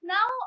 Now